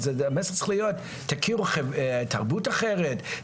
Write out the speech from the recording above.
המסר צריך להיות: תכירו תרבות אחרת,